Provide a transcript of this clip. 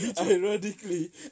Ironically